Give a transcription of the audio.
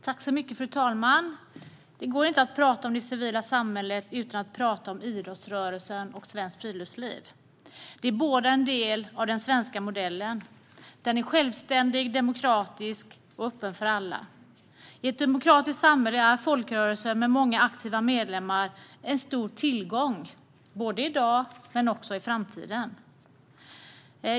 Fru talman! Det går inte att prata om det civila samhället utan att prata om idrottsrörelsen och svenskt friluftsliv. De är båda en del av den svenska modellen. Den är självständig, demokratisk och öppen för alla. I ett demokratiskt samhälle är folkrörelser med många aktiva medlemmar en stor tillgång, både i dag och i framtiden.